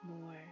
more